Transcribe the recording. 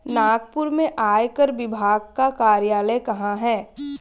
नागपुर में आयकर विभाग का कार्यालय कहाँ है?